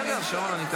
בסדר, שרון, אני אתן לך.